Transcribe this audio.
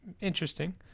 interesting